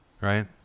right